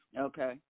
Okay